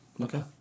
Okay